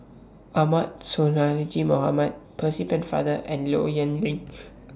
Ahmad Sonhadji Mohamad Percy Pennefather and Low Yen Ling